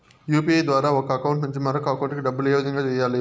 UPI ద్వారా ఒక account నుంచి మరొక అకౌంట్ కి డబ్బులు ఏ విధంగా వెయ్యాలి